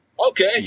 Okay